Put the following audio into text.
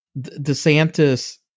DeSantis